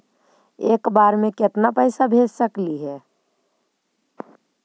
एक बार मे केतना पैसा भेज सकली हे?